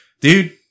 dude